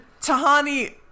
Tahani